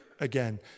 again